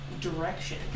direction